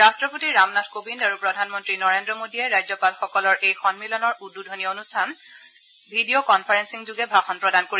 ৰট্টপতি ৰামনাথ কোবিন্দ আৰু প্ৰধানমন্ত্ৰী নৰেদ্ৰ মোডীয়ে ৰাজ্যপালসকলৰ এই সন্মিলনৰ উদ্বোধনী অনুষ্ঠানত ভিডিঅ কনফাৰেসিংযোগে ভাষণ প্ৰদান কৰিব